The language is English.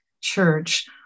Church